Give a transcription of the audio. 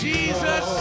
Jesus